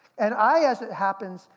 and i, as it happens,